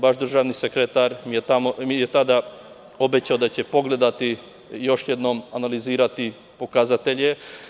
Vaš državni sekretar mi je tada obećao da će pogledati i još jednom analizirati pokazatelje.